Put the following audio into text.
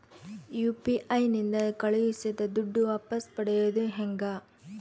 UPI ನಿಂದ ಕಳುಹಿಸಿದ ದುಡ್ಡು ವಾಪಸ್ ಪಡೆಯೋದು ಹೆಂಗ?